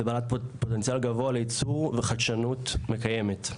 ובעלת פוטנציאל גבוה לייצור וחדשנות מקיימת.